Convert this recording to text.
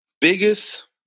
biggest